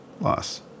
loss